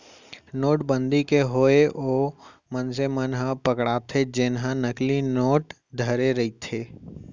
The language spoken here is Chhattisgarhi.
नोटबंदी के होय ओ मनसे मन ह पकड़ाथे जेनहा नकली नोट धरे रहिथे